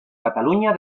cataluña